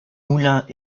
moulins